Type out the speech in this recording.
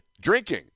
drinking